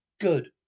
good